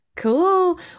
Cool